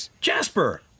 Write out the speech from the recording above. Jasper